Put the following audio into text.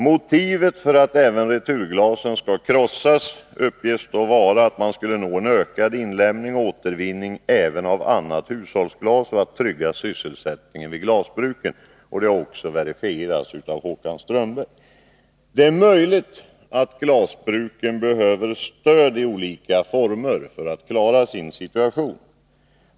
Motivet för att även returglasen skall krossas uppges vara att man skulle nå en ökad inlämning och återvinning även av annat hushållsglas och att man skulle trygga sysselsättningen vid glasbruken. Detta har också verifierats av Håkan Strömberg. Det är möjligt att glasbruken behöver stöd i olika former för att klara sin situation.